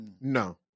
No